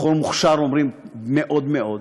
בחור מוכשר, אומרים, מאוד מאוד,